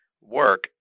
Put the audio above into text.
work